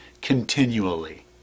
continually